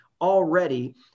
already